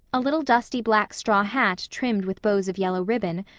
a little dusty black straw hat trimmed with bows of yellow ribbon,